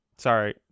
Sorry